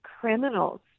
criminals